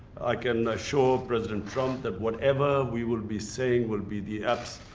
i can show president trump that whatever we will be saying will be the apps.